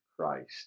Christ